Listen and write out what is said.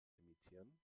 imitieren